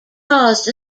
caused